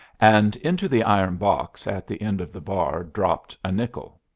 and into the iron box at the end of the bar dropped a nickel.